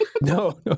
No